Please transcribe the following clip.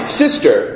sister